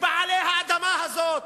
כבעלי האדמה הזאת.